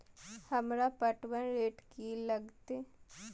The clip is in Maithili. हमरा पटवन रेट की लागते?